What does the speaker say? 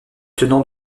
tenant